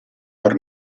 per